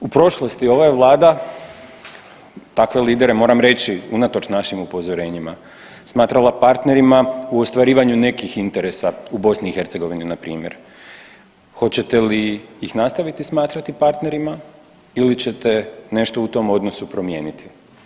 U prošlosti ova je Vlada takve lidere, moram reći unatoč našim upozorenjima, smatrala partnerima u ostvarivanju nekih interesa u BiH npr. hoćete li ih nastaviti smatrati partnerima ili ćete nešto u tom odnosu promijeniti?